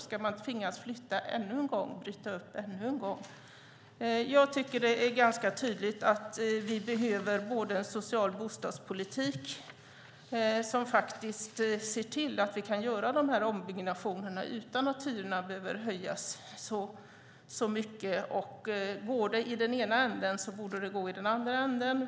Ska man då tvingas flytta ännu en gång och bryta upp ännu en gång? Jag tycker det är ganska tydligt att vi behöver en social bostadspolitik som ser till att vi kan göra de här ombyggnationerna utan att hyrorna behöver höjas så mycket. Går det i den ena ändan borde det gå i den andra ändan.